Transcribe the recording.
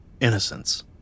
innocence